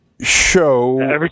show